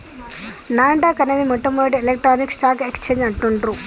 నాస్ dock అనేది మొట్టమొదటి electronic stock exchange అంటుండ్రు